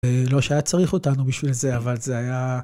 לא שהיה צריך אותנו בשביל זה אבל זה היה.